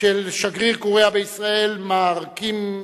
של שגריר קוריאה בישראל, מר קים איל-סו,